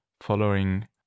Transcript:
following